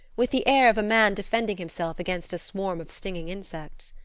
with the air of a man defending himself against a swarm of stinging insects.